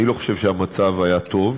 אני לא חושב שהמצב היה טוב,